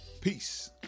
Peace